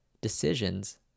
Decisions